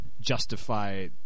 justify